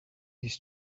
his